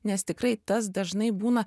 nes tikrai tas dažnai būna